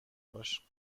باش